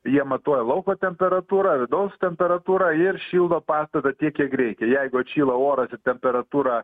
jie matuoja lauko temperatūrą vidaus temperatūrą ir šildo pastatą tiek kiek reikia jeigu atšyla oras ir temperatūra